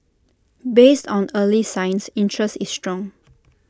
based on early signs interest is strong